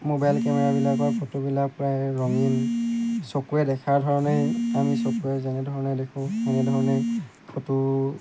mobile কেমেৰাবিলাকৰ ফটোবিলাক প্ৰায় ৰঙীন চকুৱে দেখাৰ ধৰণেই আমি চকুৱে যেনেধৰণে দেখোঁ এনেধৰণে ফটো